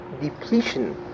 depletion